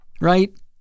Right